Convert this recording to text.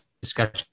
discussion